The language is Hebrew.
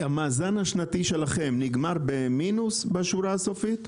המאזן השנתי שלכם נגמר במינוס בשורה הסופית?